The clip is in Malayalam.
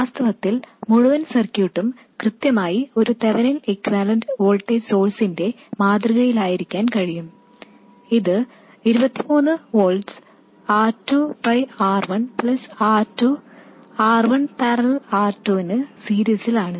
വാസ്തവത്തിൽ മുഴുവൻ സർക്യൂട്ടും കൃത്യമായി ഒരു തെവെനിൻ ഇക്യുവാലെൻറ് വോൾട്ടേജ് സോഴ്സിന്റെ മാതൃകയിലാക്കാൻ കഴിയും ഇത് 23 volts R2 by R1 plus R2 R1 parallel R2 ന് സീരീസ് ആണ്